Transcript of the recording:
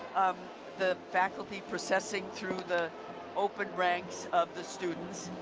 um the faculty processing through the open ranks of the students,